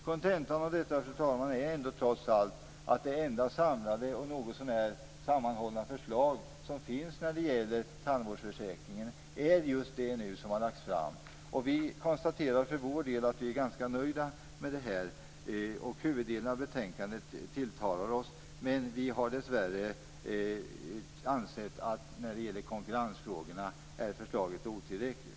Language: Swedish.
Kontentan av detta, fru talman, är ändå trots allt att det enda samlade och något så när sammanhållna förslag som finns när det gäller tandvårdsförsäkringen är det som har lagts fram. Vi är för vår del ganska nöjda med detta, och huvuddelen av betänkandet tilltalar oss. Men när det gäller konkurrensfrågorna anser vi dessvärre att förslaget är otillräckligt.